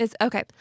Okay